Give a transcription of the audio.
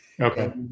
Okay